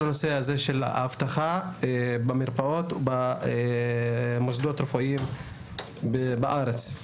נושא האבטחה במרפאות ובמוסדות הרפואיים בארץ.